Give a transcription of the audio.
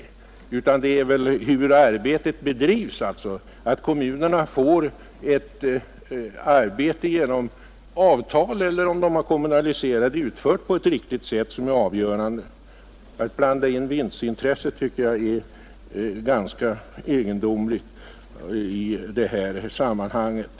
Det är väl hur arbetet bedrivs — att kommunerna får ett arbete utfört på rätt sätt genom avtal eller genom att verksamheten är kommunaliserad — som är avgörande. Att blanda in vinstintresset tycker jag är ganska egendomligt i det här sammanhanget.